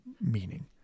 meaning